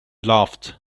laughed